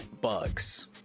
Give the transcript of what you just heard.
bugs